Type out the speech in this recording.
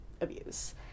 abuse